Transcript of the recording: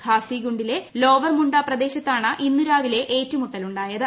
ഖാസിഗുണ്ടിലെ ലോവർമുണ്ട പ്രദേശത്താണ് ഇന്ന് രാവിലെ ഏറ്റുമൂട്ടലുണ്ടായത്